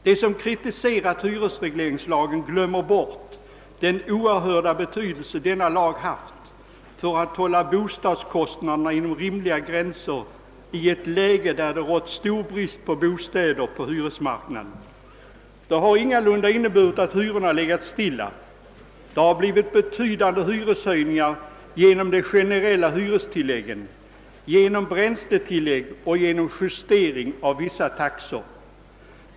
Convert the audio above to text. De som kritiserat hyresregleringslagen glömmer bort den oerhörda betydelse denna lag har haft för att hålla bostadskostnaderna inom rimliga gränser i ett läge där det rått stor brist på bostäder på hyresmarknaden. Detta har ingalunda inneburit att hyrorna har legat stilla. Vi har haft betydande hyreshöjningar genom de generella hyrestilläggen samt genom bränsletillägg och justering av vissa taxor.